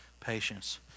patience